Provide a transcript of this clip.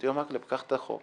אמרתי לו, קח את החוק.